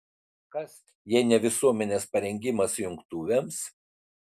kas jei ne visuomenės parengimas jungtuvėms